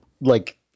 like-